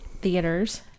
theaters